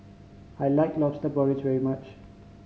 I like Lobster Porridge very much